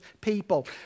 people